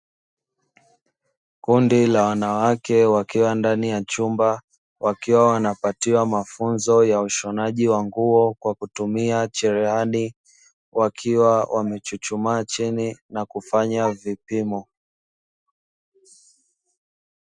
Kundi la wanawake wakiwa ndani ya chumba, wakiwa wanapatiwa mafunzo ya ushonaji wa nguo kwa kutumia cherehani, wakiwa wamechuchumaa chini na kufanya vipimo.